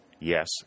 Yes